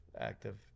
active